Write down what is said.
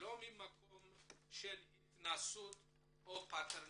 לא ממקום של התנשאות או פטרנלסטיות,